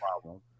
problem